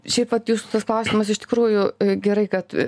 šiaip vat jūsų tas klausimas iš tikrųjų gerai kad